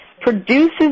produces